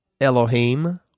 Elohim